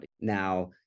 Now